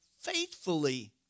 faithfully